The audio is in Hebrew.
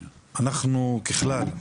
אנחנו, ככלל,